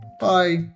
Bye